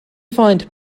find